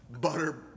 butter